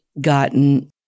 gotten